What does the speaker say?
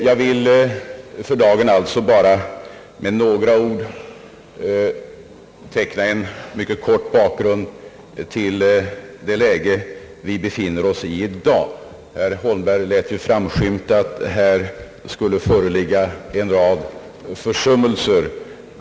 Jag vill för dagen bara med några ord helt kort teckna en bakgrund till det läge som vi befinner oss i. Herr Holmberg lät ju framskymta att här skulle föreligga en rad försummelser.